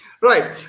Right